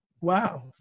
Wow